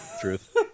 Truth